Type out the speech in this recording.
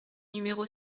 numéro